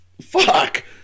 fuck